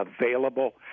available